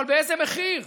אבל באיזה מחיר?